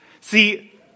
See